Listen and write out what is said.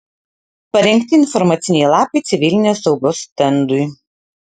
parengti informaciniai lapai civilinės saugos stendui